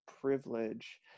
privilege